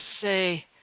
say